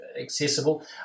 accessible